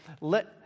let